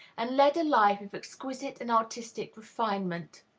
and led a life of exquisite and artistic refinement.